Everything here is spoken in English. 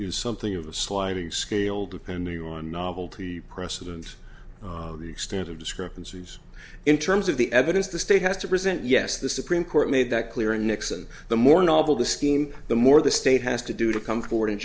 is something of a sliding scale depending on novelty precedent extent of discrepancies in terms of the evidence the state has to present yes the supreme court made that clear in nixon the more novel the scheme the more the state has to do to come forward and